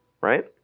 Right